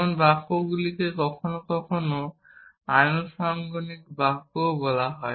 যেমন বাক্যগুলিকে কখনও কখনও আনুষঙ্গিক বাক্যও বলা হয়